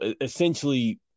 essentially